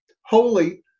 holy